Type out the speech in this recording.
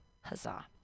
Huzzah